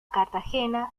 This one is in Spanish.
cartagena